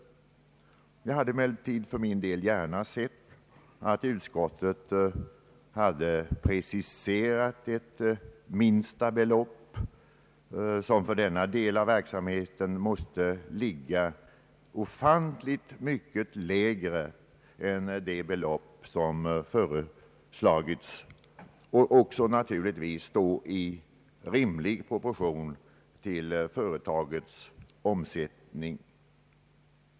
Jag hade emellertid för min del gärna sett att utskottet hade preciserat ett minsta belopp, som för denna del av verksamheten måste ligga ofantligt mycket lägre än det belopp som föreslagits och som naturligtvis också bör stå i rimlig proportion till företagets omsättning.